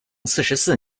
四十四